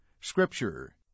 Scripture